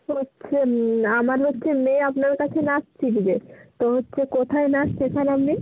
সে হচ্ছে আমার হচ্ছে মেয়ে আপনার কাছে নাচ শিখবে তো হচ্ছে কোথায় নাচ শেখান আপনি